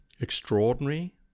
extraordinary